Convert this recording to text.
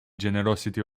generosity